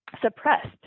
suppressed